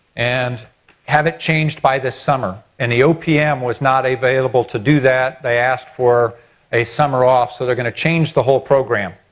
and have it changed by this summer. and the opm was not available to do that, they asked for a summer off so they're going to change the whole program.